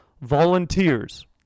volunteers